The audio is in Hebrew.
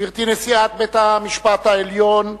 גברתי נשיאת בית-המשפט העליון,